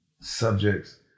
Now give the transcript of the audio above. subjects